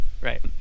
right